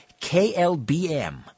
KLBM